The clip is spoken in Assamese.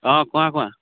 অঁ কোৱা কোৱা